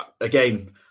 again